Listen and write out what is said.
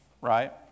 right